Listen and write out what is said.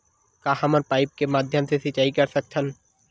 का हमन पाइप के माध्यम से सिंचाई कर सकथन?